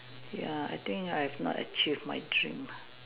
ya I think I've not achieved my dream